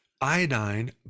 iodine